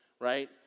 right